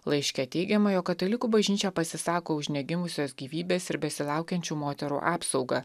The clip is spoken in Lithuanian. laiške teigiama jog katalikų bažnyčia pasisako už negimusios gyvybės ir besilaukiančių moterų apsaugą